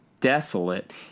desolate